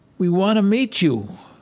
we want to meet you